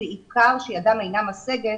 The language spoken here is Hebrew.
בעיקר אלה שידם אינה משגת,